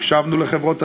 הקשבנו לחברות הדירוג,